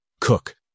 cook